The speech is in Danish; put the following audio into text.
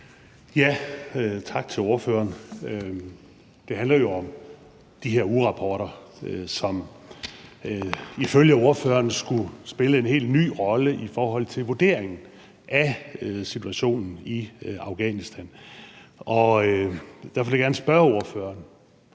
(S): Tak til ordføreren. Det handler om de her ugerapporter, som ifølge ordføreren skulle spille en helt ny rolle i forhold til vurderingen af situationen i Afghanistan. Og derfor vil jeg gerne spørge ordføreren: